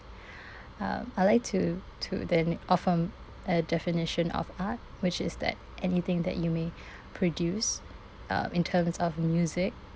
uh I'd like to to then offer a definition of art which is that anything that you may produce uh in terms of music